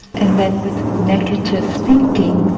and then, with negative thinking,